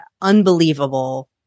unbelievable